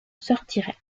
sortirait